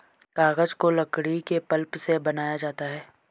कागज को लकड़ी के पल्प से बनाया जाता है